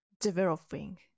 developing